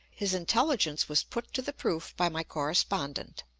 his intelligence was put to the proof by my correspondent.